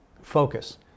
Focus